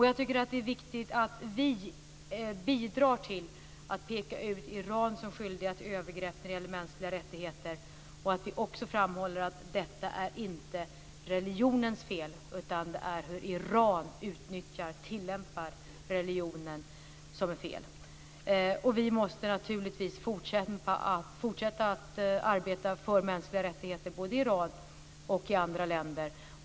Jag tycker att det är viktigt att vi bidrar till att peka ut Iran som skyldigt till övergrepp av mänskliga rättigheter och att vi också framhåller att detta inte är religionens fel, utan det är Irans sätt att utnyttja och tillämpa religionen som är fel. Vi måste naturligtvis fortsätta att arbeta för mänskliga rättigheter både i Iran och i andra länder.